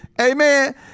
Amen